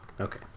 Okay